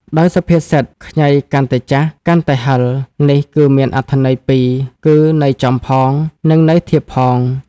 ដោយសុភាសិត ខ្ញីកាន់តែចាស់ កាន់តែហឹរ នេះគឺមានអត្ថន័យពីរគឺ ន័យចំផង និងន័យធៀបផង។